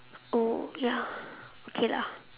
oh ya okay lah